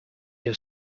your